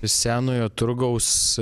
senojo turgaus